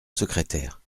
secrétaire